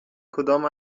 کدام